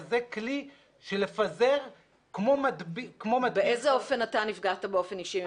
כזה כלי לפזר כמו --- באיזה אופן אתה נפגעת באופן אישי ממכת"זית?